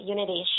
Unity